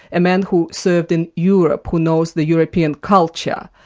and man who served in europe, who knows the european culture,